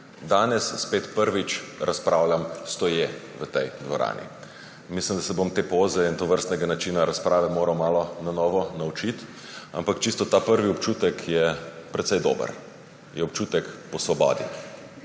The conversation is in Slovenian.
danes spet prvič razpravljam stoje v tej dvorani. Mislim, da se bom te poze in tovrstnega načina razprave moral malo na novo naučiti, ampak čisto prvi občutek je precej dober, je občutek svobode.